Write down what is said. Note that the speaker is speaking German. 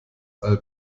all